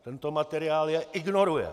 Tento materiál je ignoruje.